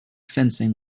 fencing